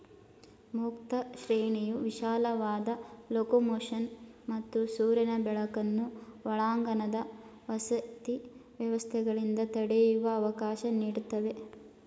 ಮುಕ್ತ ಶ್ರೇಣಿಯು ವಿಶಾಲವಾದ ಲೊಕೊಮೊಷನ್ ಮತ್ತು ಸೂರ್ಯನ ಬೆಳಕನ್ನು ಒಳಾಂಗಣ ವಸತಿ ವ್ಯವಸ್ಥೆಗಳಿಂದ ತಡೆಯುವ ಅವಕಾಶ ನೀಡ್ತವೆ